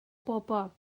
bobl